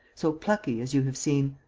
so plucky, as you have seen.